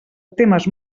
temes